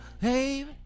Hey